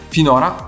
Finora